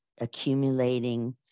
accumulating